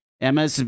Emma